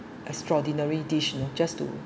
extraordinary dish you know just to